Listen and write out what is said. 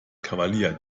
kavalier